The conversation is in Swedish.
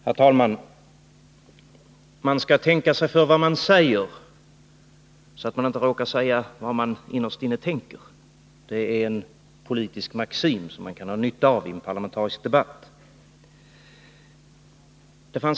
Herr talman! Man skall tänka sig för när man talar, så att man inte råkar säga vad man innerst inne tänker — det är en politisk maxim som man kan ha nytta av i en parlamentarisk debatt.